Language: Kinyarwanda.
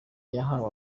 yahawe